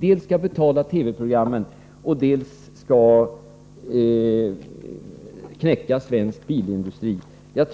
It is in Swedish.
dels betala TV-programmen, dels knäcka svensk bilindustri.